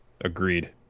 Agreed